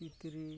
ᱠᱤᱠᱨᱤ